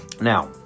now